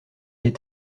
est